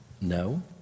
No